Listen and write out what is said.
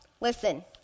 listen